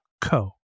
co